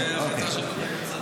המשכנו.